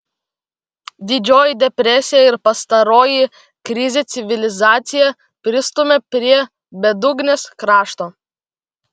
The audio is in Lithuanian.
didžioji depresija ir pastaroji krizė civilizaciją pristūmė prie bedugnės krašto